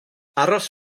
aros